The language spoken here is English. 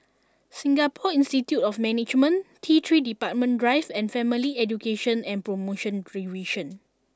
Singapore Institute of Management T Three Departure Drive and Family Education and Promotion Division